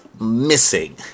missing